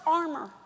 armor